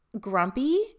grumpy